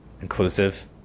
inclusive